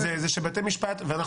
זה שבתי-משפט משחררים.